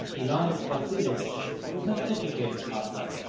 elias vasilich, was an educated cossack.